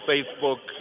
Facebook